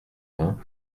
vingt